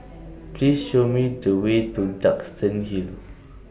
Please Show Me The Way to Duxton Hill